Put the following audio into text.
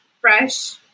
fresh